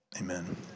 Amen